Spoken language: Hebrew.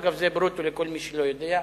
אגב, זה ברוטו לכל מי שלא יודע,